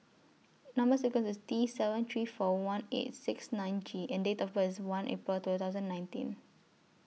Number sequence IS T seven three four one eight six nine J and Date of birth IS one April two thousand nineteen